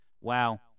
wow